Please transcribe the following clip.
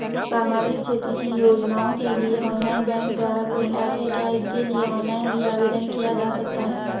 सामाजिक क्षेत्र की योजनाओं के लिए ऑनलाइन बैंक द्वारा कोई ऐप है क्या इसके लिए ऑनलाइन भी आवेदन किया जा सकता है?